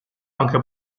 aunque